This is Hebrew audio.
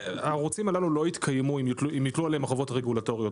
הערוצים הללו לא יתקיימו אם יוטלו עליהם החובות הרגולטוריות